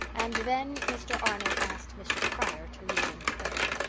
and then mr. arnold asked mr. pryor to lead in prayer.